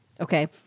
Okay